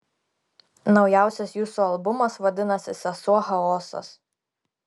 naujausias jūsų albumas vadinasi sesuo chaosas